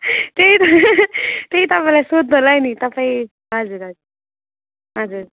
त्यही त त्यही तपाईँलाई सोध्नुलाई नि तपाईँ हजुर हजुर